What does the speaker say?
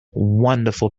wonderful